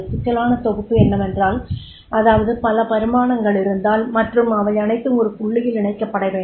சிக்கலான தொகுப்பு என்னவென்றால் அதாவது பல பரிமாணங்கள் இருந்தால் மற்றும் அவையனைத்தும் ஒரு புள்ளியில் இணைக்கப்பட வேண்டும்